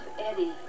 Eddie